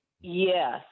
yes